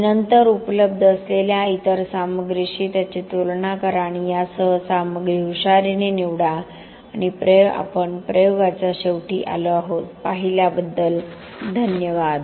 आणि नंतर उपलब्ध असलेल्या इतर सामग्रीशी त्याची तुलना करा आणि यासह सामग्री हुशारीने निवडा आपण प्रयोगाच्या शेवटी आलो आहोत पाहिल्याबद्दल धन्यवाद